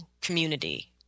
community